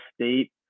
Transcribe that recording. State